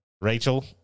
Rachel